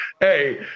hey